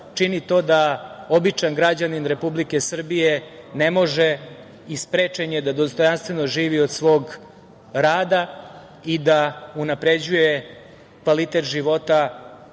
čini to da običan građanin Republike Srbije ne može i sprečen je da dostojanstveno živi od svog rada i da unapređuje kvalitet života